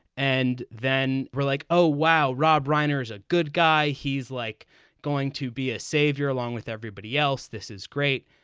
and then we're like, oh, wow, rob reiner's a good guy. he's like going to be a savior along with everybody else. this is great.